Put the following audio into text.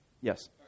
Yes